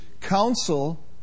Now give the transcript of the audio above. Counsel